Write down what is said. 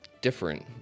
different